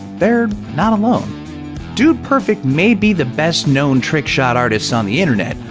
they're not alone dude perfect may be the best known trick shot artists on the internet,